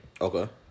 okay